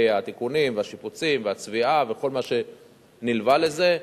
התיקונים והשיפוצים והצביעה וכל מה שנלווה לזה.